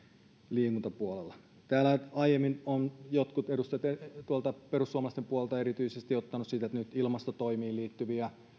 liikuntapuolella täällä aiemmin ovat jotkut edustajat tuolta perussuomalaisten puolelta erityisesti ottaneet esille sen että nyt ilmastotoimiin liittyviä